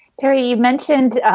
tara, you mentioned